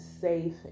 safe